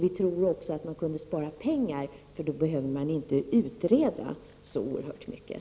Vi tror också att man kunde spara pengar, eftersom man då inte behöver utreda så oerhört mycket.